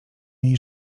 jej